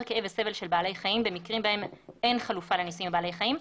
כאב וסבל של בעלי חיים במקרים בהם אין חלופה לניסויים בבעלי חיים.